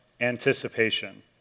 anticipation